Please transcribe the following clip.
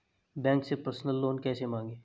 Bank से personal loan कैसे मांगें?